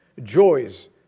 joys